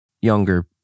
younger